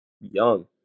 young